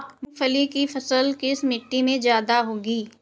मूंगफली की फसल किस मिट्टी में ज्यादा होगी?